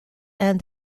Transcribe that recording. and